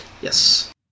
Yes